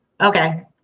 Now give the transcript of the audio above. Okay